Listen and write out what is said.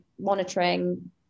monitoring